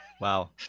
Wow